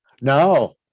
No